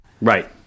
Right